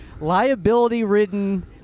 liability-ridden